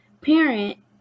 parent